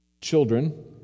Children